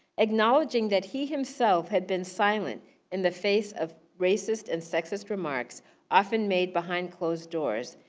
acknowledging that he himself had been silent in the face of racist and sexist remarks often made behind closed doors.